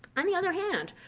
on the other hand,